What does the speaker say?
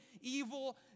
evil